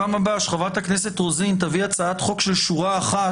פעם הבאה כאשר חברת הכנסת רוזין תביא הצעת חוק של שורה אחת,